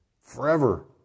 forever